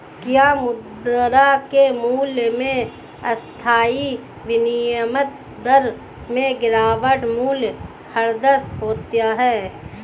क्या मुद्रा के मूल्य में अस्थायी विनिमय दर में गिरावट मूल्यह्रास होता है?